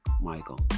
Michael